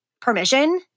permission